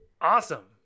Awesome